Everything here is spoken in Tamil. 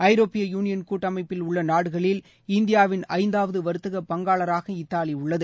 ஐரோப்பிய யூளியன் கூட்டமைப்பில் உள்ளநாடுகளில் இந்தியாவின் ஐந்தாவதுவர்த்தக பங்காளராக இத்தாலிஉள்ளது